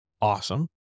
Awesome